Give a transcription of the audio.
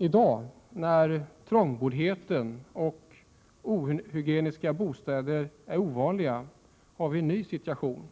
I dag, när trångboddhet och ohygieniska bostäder är ovanliga, är situationen en annan.